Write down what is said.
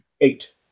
Eight